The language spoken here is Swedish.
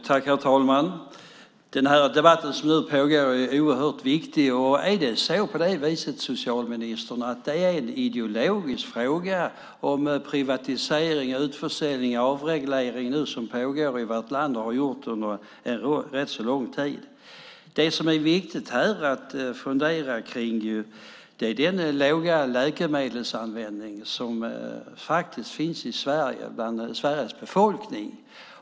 Herr talman! Den debatt som nu pågår är oerhört viktig. Är det på det viset, socialministern, att det är en ideologisk fråga om privatisering, utförsäljning och avreglering som nu pågår i vårt land och har gjort det under rätt så lång tid? Det som är viktigt att fundera kring är den låga läkemedelsanvändning som finns i Sverige bland Sveriges befolkning.